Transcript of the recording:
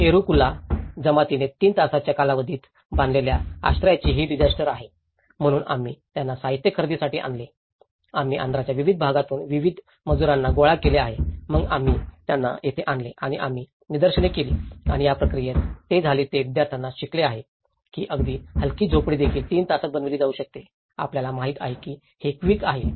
येरुकुला जमातीने 3 तासाच्या कालावधीत बांधलेल्या आश्रयाची ही डिजास्टर आहे म्हणून आम्ही त्यांना साहित्य खरेदीसाठी आणले आम्ही आंध्रच्या विविध भागातून विविध मजुरांना गोळा केले आणि मग आम्ही त्यांना येथे आणले आणि आम्ही निदर्शने केली आणि या प्रक्रियेत जे झाले ते विद्यार्थ्यांनी शिकले आहे की अगदी हलकी झोपडी देखील 3 तासात बनविली जाऊ शकते आपल्याला माहित आहे की ही क्विक आहे